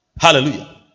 hallelujah